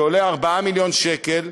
שעולה ארבעה מיליון שקל,